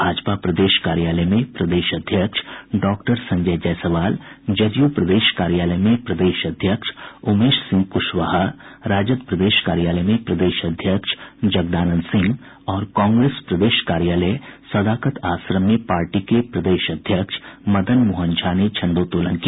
भाजपा प्रदेश कार्यालय में प्रदेश अध्यक्ष डॉक्टर संजय जयसवाल जदयू प्रदेश कार्यालय में प्रदेश अध्यक्ष उमेश सिंह कुशवाहा राजद प्रदेश कार्यालय में प्रदेश अध्यक्ष जगदानंद सिंह और कांग्रेस प्रदेश कार्यालय सदाकत आश्रम में पार्टी के प्रदेश अध्यक्ष मदन मोहन झा ने झंडोत्तोलन किया